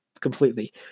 Completely